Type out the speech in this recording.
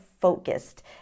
focused